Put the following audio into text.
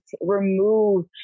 remove